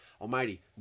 Almighty